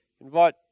invite